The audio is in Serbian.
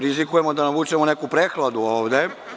Rizikujemo da navučemo neku prehladu ovde.